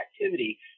activity